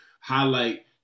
highlight